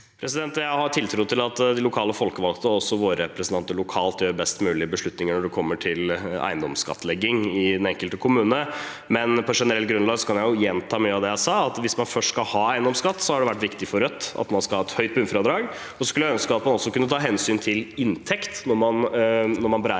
Jeg har tiltro til at de lokale folkevalgte, også våre representanter lokalt, tar best mulige beslutninger når det kommer til eiendomsskattlegging i den enkelte kommune. Men på generelt grunnlag, og da kan jeg gjenta mye av det jeg allerede har sagt: Hvis man først skal ha eiendomsskatt, er det viktig for Rødt at man skal ha et høyt bunnfradrag. Så skulle jeg ønske at man også kunne ta hensyn til inntekt når man beregner